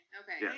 okay